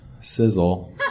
sizzle